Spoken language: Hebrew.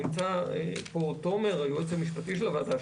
נמצא פה תומר מהייעוץ המשפטי של הוועדה,